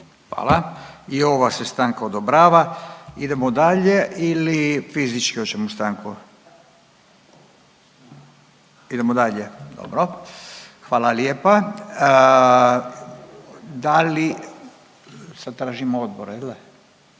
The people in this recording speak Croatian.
Hvala i ova se stanka odobrava. Idemo dalje ili fizički hoćemo stanku? Idemo dalje, dobro, hvala lijepa. Da li, sad tražim odbore jel